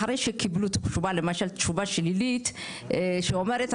אחרי שקיבלו תשובה שלילית שאומרת,